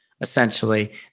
essentially